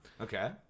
Okay